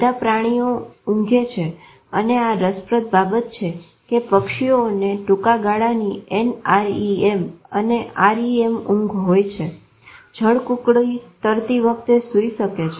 બધા પ્રાણીઓ ઊંઘે છે અને આ રસપ્રદ બાબત છે કે પક્ષીઓને ટુંકા ગાળાની NREM અને REM ઊંઘ હોય છે જળકુકડી તરતી વખતે સુઈ શકે છે